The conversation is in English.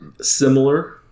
similar